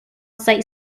site